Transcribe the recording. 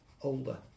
older